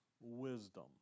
wisdom